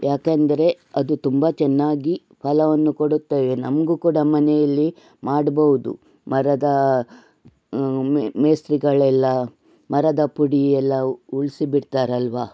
ಯಾಕಂದರೆ ಅದು ತುಂಬ ಚೆನ್ನಾಗಿ ಫಲವನ್ನು ಕೊಡುತ್ತವೆ ನಮಗೂ ಕೂಡ ಮನೆಯಲ್ಲಿ ಮಾಡ್ಬೋದು ಮರದ ಮೇಸ್ತ್ರಿಗಳೆಲ್ಲಾ ಮರದ ಪುಡಿ ಎಲ್ಲಾ ಉಳಿಸಿ ಬಿಡ್ತಾರಲ್ವಾ